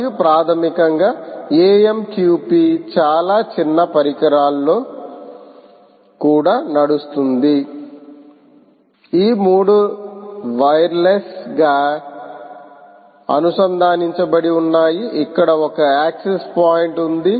మరియు ప్రాథమికంగా AMQP చాలా చిన్న పరికరాల్లో కూడా నడుస్తుంది ఈ 3 వైర్లెస్గా అనుసంధానించబడి ఉన్నాయి ఇక్కడ ఒక యాక్సెస్ పాయింట్ ఉంది